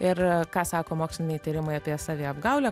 ir ką sako moksliniai tyrimai apie saviapgaulę